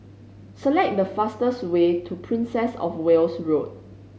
select the fastest way to Princess Of Wales Road